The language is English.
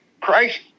Christ